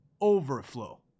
overflow